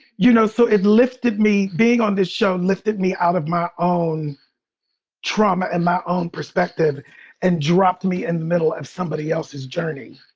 you know, so it lifted me. being on this show lifted me out of my own trauma and my own perspective and dropped me in the middle of somebody else's journey.